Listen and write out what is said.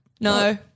No